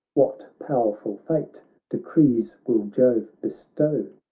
what powerful fate decrees will jove bestow!